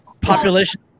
Population